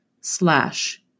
slash